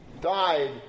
died